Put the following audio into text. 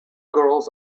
girls